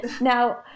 Now